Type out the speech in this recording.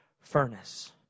furnace